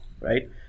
right